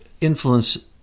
influence